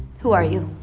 who are you